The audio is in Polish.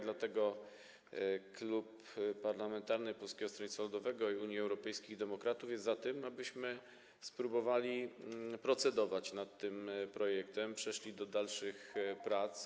Dlatego Klub Poselski Polskiego Stronnictwa Ludowego - Unii Europejskich Demokratów jest za tym, abyśmy spróbowali procedować nad tym projektem, przeszli do dalszych prac.